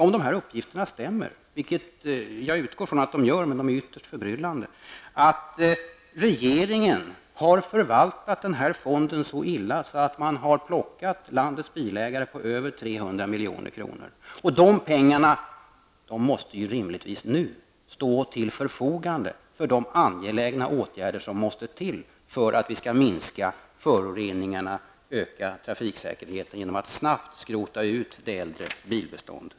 Om de här uppgifterna stämmer -- och jag utgår från att de gör det, men de är ytterst förbryllande -- innebär det att regeringen har förvaltat fonden så illa att man de facto har så att säga plockat landets bilägare på över 300 milj.kr. De pengarna måste alltså rimligtvis nu stå till förfogande för de angelägna åtgärder som måste vidtas när det gäller att minska föroreningarna och att öka trafiksäkerheten. Det gäller då att snabbt skrota det äldre bilbeståndet.